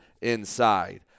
inside